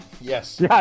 Yes